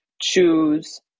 choose